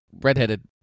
redheaded